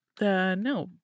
No